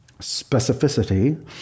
Specificity